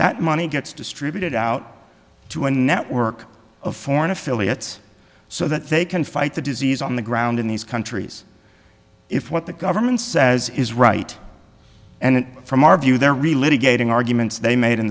that money gets distributed out to a network of foreign affiliates so that they can fight the disease on the ground in these countries if what the government says is right and from our view they're related gating arguments they made in